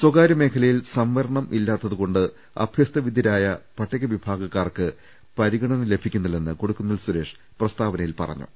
സ്വകാര്യമേഖലയിൽ സംവരണം ഇല്ലാത്ത തുകൊണ്ട് അഭ്യസ്തവിദ്യരായ പട്ടികവിഭാഗക്കാർക്ക് പരിഗ ണന ലഭിക്കുന്നില്ലെന്ന് കൊടിക്കുന്നിൽ സുരേഷ് പ്രസ്താവന യിൽ പറഞ്ഞു